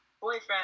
boyfriend